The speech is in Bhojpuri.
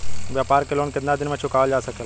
व्यापार के लोन कितना दिन मे चुकावल जा सकेला?